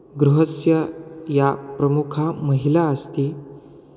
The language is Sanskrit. गृहस्य या प्रमुखा महिला अस्ति